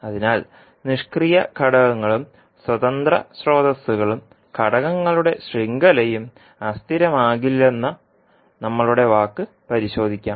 അതിനാൽ നിഷ്ക്രിയ ഘടകങ്ങളും സ്വതന്ത്ര സ്രോതസ്സുകളും ഘടകങ്ങളുടെ ശൃംഖലയും അസ്ഥിരമാകില്ലെന്ന നമ്മളുടെ വാക്ക് പരിശോധിക്കാം